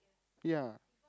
ya